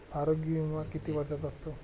आरोग्य विमा किती वर्षांचा असतो?